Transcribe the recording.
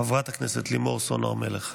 חברת הכנסת לימור סון הר מלך.